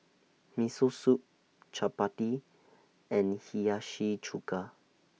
Miso Soup Chapati and Hiyashi Chuka